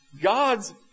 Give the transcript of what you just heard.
God's